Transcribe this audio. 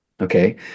Okay